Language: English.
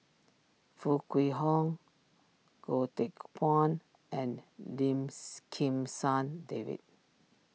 Foo Kwee Horng Goh Teck Phuan and Lim Kim San David